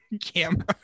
camera